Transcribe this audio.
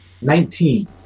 Nineteen